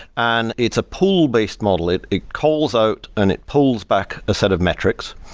and it's a pool based model. it it calls out and it pulls back a set of metrics.